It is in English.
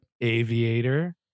Aviator